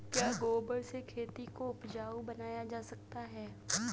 क्या गोबर से खेती को उपजाउ बनाया जा सकता है?